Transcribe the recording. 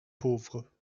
pauvre